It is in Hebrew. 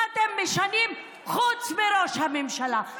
מה אתם משנים חוץ מראש הממשלה?